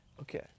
Okay